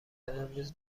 امروز